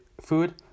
food